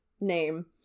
name